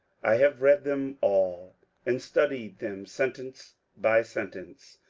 i have read them all and studied them sentence by sentence.